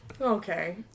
okay